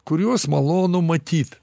kuriuos malonu matyt